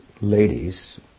ladies